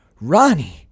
Ronnie